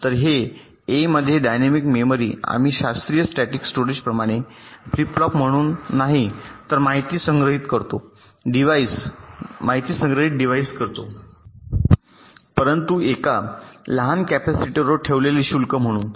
तर ए मध्ये डायनॅमिक मेमरी आम्ही शास्त्रीय स्टॅटिक्स स्टोरेजप्रमाणे फ्लिप फ्लॉप म्हणून नाही तर माहिती संग्रहित डिव्हाइस करतो परंतु एका लहान कॅपेसिटरवर ठेवलेले शुल्क म्हणून